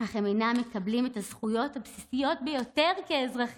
אך הם אינם מקבלים את הזכויות הבסיסיות ביותר כאזרחים.